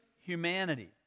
humanity